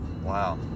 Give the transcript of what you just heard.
wow